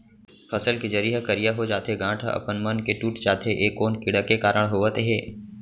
फसल के जरी ह करिया हो जाथे, गांठ ह अपनमन के टूट जाथे ए कोन कीड़ा के कारण होवत हे?